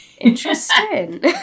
Interesting